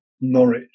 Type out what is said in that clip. Norwich